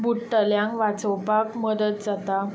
बुडटल्यांक वाचोवपाक मदत जाता